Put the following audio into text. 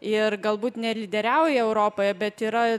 ir galbūt nelyderiauja europoje bet yra